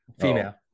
Female